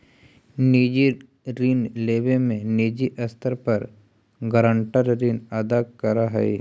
निजी ऋण लेवे में निजी स्तर पर गारंटर ऋण अदा करऽ हई